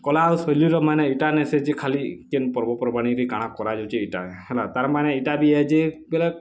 କଲା ଓ ଶୈଳୀର ମାନେ ଏଇଟା ନାହିଁ ଯେ ଖାଲି କେନ୍ ପର୍ବପର୍ବାଣୀରେ କାଁଣା କରାଯାଉଛି ଏଇଟା ହେଲା ତା'ର୍ ମାନେ ଏଇଟା ବି ହେଇ ଯେ ବୋଲେ